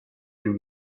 più